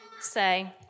say